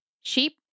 Sheep